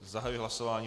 Zahajuji hlasování.